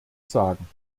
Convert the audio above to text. sagen